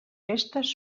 festes